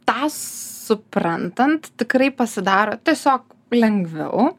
tą suprantant tikrai pasidaro tiesiog lengviau